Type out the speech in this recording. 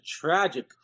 tragic